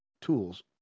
tools